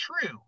true